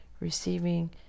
receiving